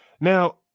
Now